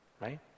Right